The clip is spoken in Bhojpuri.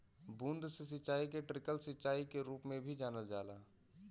बूंद से सिंचाई के ट्रिकल सिंचाई के रूप में भी जानल जाला